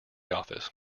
office